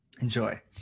Enjoy